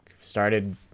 started